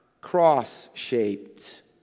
cross-shaped